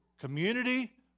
community